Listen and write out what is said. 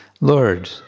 Lord